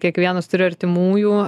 kiekvienas turi artimųjų